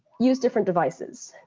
use different devices.